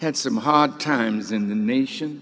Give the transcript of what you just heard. had some hard times in the nation